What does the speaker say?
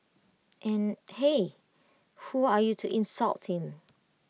and hey who are you to insult him